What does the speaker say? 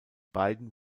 beiden